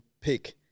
pick